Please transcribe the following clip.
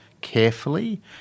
carefully